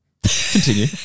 Continue